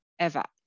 Eva